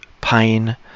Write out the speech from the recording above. pain